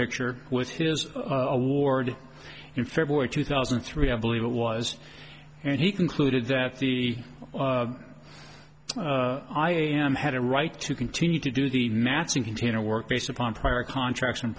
picture with his award in february two thousand and three have believe it was and he concluded that the i am had a right to continue to do the matching container work based upon prior contracts in